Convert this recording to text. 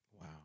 Wow